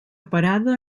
parada